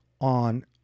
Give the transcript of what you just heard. on